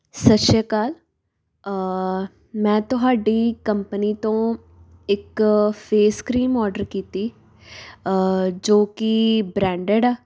ਸਤਿ ਸ਼੍ਰੀ ਅਕਾਲ ਮੈਂ ਤੁਹਾਡੀ ਕੰਪਨੀ ਤੋਂ ਇੱਕ ਫੇਸ ਕਰੀਮ ਔਡਰ ਕੀਤੀ ਜੋ ਕਿ ਬ੍ਰਾਂਡਡ ਆ